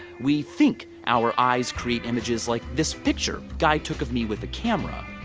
we think our eyes create images like this picture guy took of me with a camera.